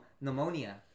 pneumonia